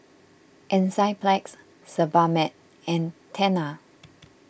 Enzyplex Sebamed and Tena